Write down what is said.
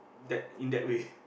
that in that way